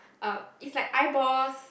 uh it's like eyeballs